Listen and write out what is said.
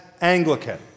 Anglican